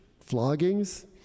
floggings